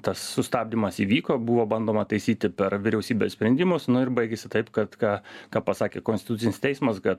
tas sustabdymas įvyko buvo bandoma taisyti per vyriausybės sprendimus nu ir baigėsi taip kad ką ką pasakė konstitucinis teismas kad